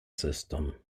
system